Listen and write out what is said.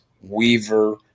Weaver